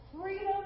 freedom